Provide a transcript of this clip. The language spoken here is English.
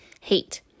hate